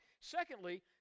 Secondly